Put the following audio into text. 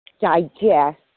digest